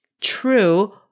true